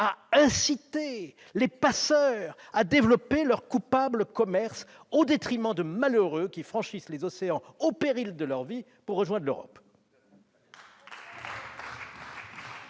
à inciter les passeurs à développer leur coupable commerce au détriment de malheureux qui franchissent les océans au péril de leur vie pour rejoindre l'Europe.